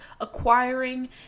acquiring